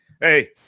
Hey